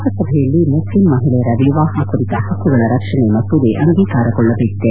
ಲೋಕಸಭೆಯಲ್ಲಿ ಮುಸ್ಲಿಂ ಮಹಿಳೆಯರ ವಿವಾಹ ಕುರಿತ ಹಕ್ಕುಗಳ ರಕ್ಷಣೆ ಮಸೂದೆ ಅಂಗೀಕಾರಗೊಳ್ಟಬೇಕಿದೆ